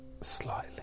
slightly